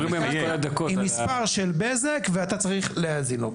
עם מספר של בזק ואתה צריך להאזין לו.